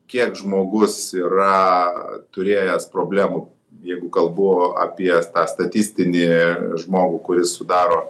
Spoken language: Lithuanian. kiek žmogus yra turėjęs problemų jeigu kalbu apie tą statistinį žmogų kuris sudaro